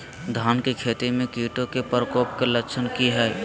धान की खेती में कीटों के प्रकोप के लक्षण कि हैय?